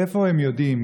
מאיפה הם יודעים